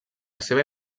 seva